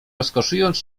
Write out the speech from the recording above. rozkoszując